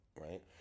right